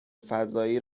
فضایی